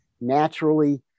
naturally